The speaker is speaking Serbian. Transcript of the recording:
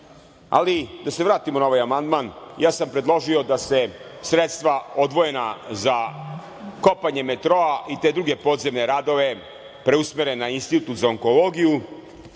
da se vratimo na ovaj amandman. Predložio sam da se sredstva odvojena za kopanje metroa i te druge podzemne radove preusmere na Institut za onkologiju